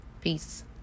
Peace